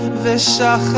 this song,